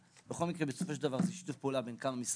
בכל מקרה בסופו של דבר זה שיתוף פעולה בין משרדים.